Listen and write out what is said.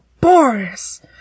Boris